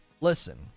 Listen